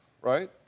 right